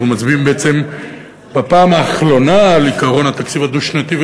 אנחנו מצביעים בעצם בפעם האחרונה על עקרון התקציב הדו-שנתי.